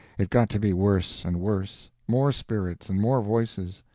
it got to be worse and worse more spirits and more voices.